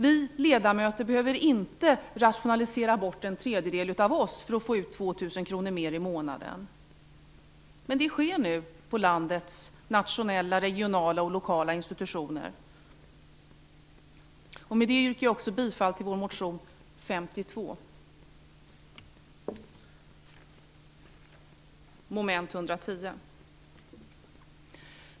Vi ledamöter behöver inte rationalisera bort en tredjedel av oss för att få 2 000 kr mer i månaden, men det sker nu på landets nationella, regionala och lokala institutioner. Med det yrkar jag också bifall till vår motion 52, mom. 110.